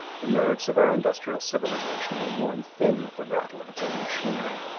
the nerves of our industrial civilization are worn thin with the rattle of its own machinery.